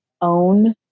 own